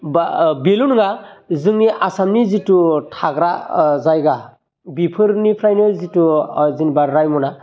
बा बेल' नङा जोंनि आसामनि जितु थाग्रा जायगा बेफोरनिफ्रायनो जितु जों बारनाय मोना